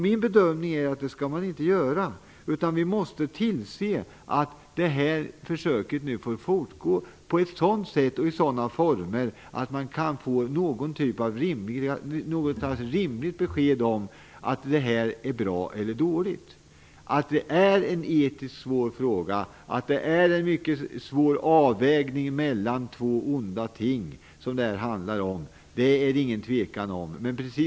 Min bedömning är den att vi inte skall göra det, utan vi måste tillse att försöket får fortgå på ett sådant sätt och i sådana former att man kan få ett rimligt besked om huruvida det här är bra eller dåligt. Att det handlar om en etiskt svår fråga och en mycket svår avvägning mellan två onda ting är det inget tvivel om.